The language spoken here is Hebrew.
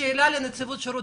זו שאלה לנציבות שירות